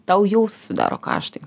tau jau sudaro kaštai